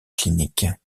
clinique